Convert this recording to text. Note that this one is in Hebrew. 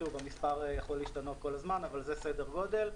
המספר יכול להשתנות כל הזמן, אבל זה סדר הגודל.